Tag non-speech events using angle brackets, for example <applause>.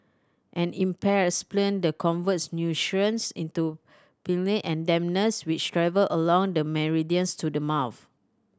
an impaired spleen the converts <unintelligible> into <unintelligible> and dampness which travel along the meridians to the mouth